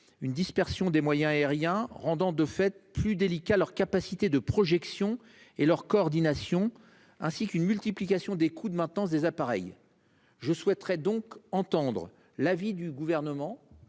une dispersion des moyens aériens, rendant de fait plus délicat, leur capacité de projection et leur coordination ainsi qu'une multiplication des coûts de maintenance des appareils. Je souhaiterais donc entendre l'avis du gouvernement